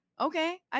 Okay